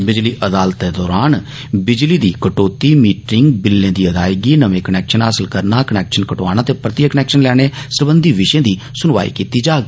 बिजली अदालतें दौरान बिजली दी कटोती मिट्रिंग बिल्लें दी अदायगी नमें कनैक्शन हासल करना कनैक्शन कटोआना ते परतियें कनैक्शन लैने सरबंधी विशे दी सुनवाई कीती जाग